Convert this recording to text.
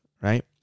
right